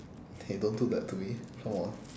[hey] don't do that to me come on